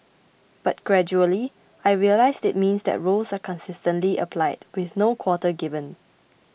but gradually I realised it means that rules are consistently applied with no quarter given